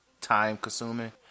time-consuming